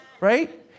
right